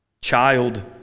Child